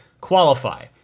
qualify